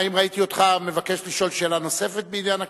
האם ראיתי אותך מבקש לשאול שאלה נוספת בעניין הכשרות?